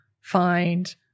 find